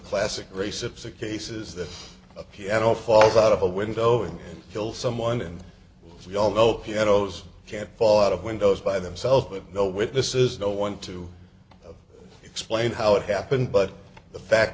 the cases that a piano falls out of a window and kill someone and we all know pianos can't fall out of windows by themselves with no witnesses no one to explain how it happened but the fact